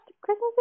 christmas